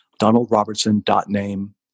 donaldrobertson.name